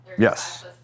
Yes